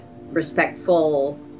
respectful